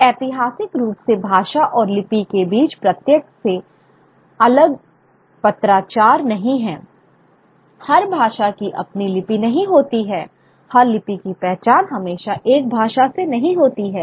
तो ऐतिहासिक रूप से भाषा और लिपि के बीच प्रत्येक से अलग पत्राचार नहीं है हर भाषा की अपनी लिपि नहीं होती है हर लिपि की पहचान हमेशा एक भाषा से नहीं होती है